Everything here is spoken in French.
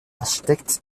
architecte